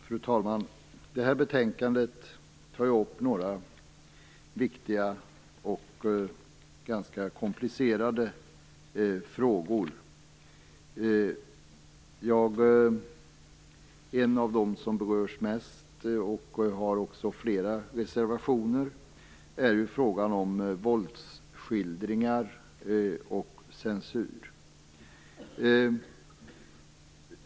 Fru talman! Det här betänkandet tar upp några viktiga och ganska komplicerade frågor. En av dem som berörs mest, och där flera reservationer har avgetts, är frågan om våldsskildringar och censur.